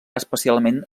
especialment